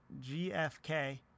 GFK